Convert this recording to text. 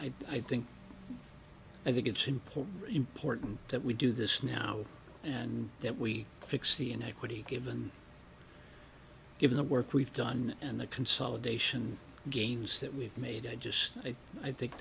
sites i think i think it's important important that we do this now and that we fix the inequity given given the work we've done and the consolidation gains that we've made i just i think